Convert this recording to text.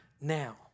now